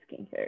skincare